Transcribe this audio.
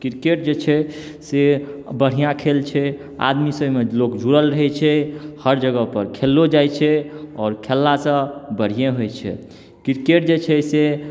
cricket जे छै से बढ़िआँ खेल छै आदमीसँ ओहिमे लोक जुड़ल रहैत छै हर जगह पर खेललो जाइत छै आओर खेललासँ बढ़िये होइत छै क्रिकेट जे छै से